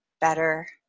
better